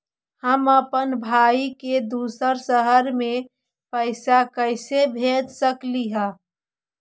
हम अप्पन भाई के दूसर शहर में पैसा कैसे भेज सकली हे?